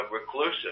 reclusive